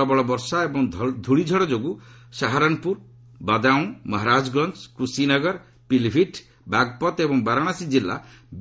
ପ୍ରବଳ ବର୍ଷା ଏବଂ ଧଳିଝଡ଼ ଯୋଗୁଁ ସାହାରନପୁର ବାଦାଓଁ ମହାରାଜଗଞ୍ଜ କୁଶିନଗର ପିଲିଭିତ୍ ବାଗ୍ପଥ୍ ଏବଂ ବାରାଣସୀ କିଲ୍ଲ